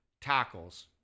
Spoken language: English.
tackles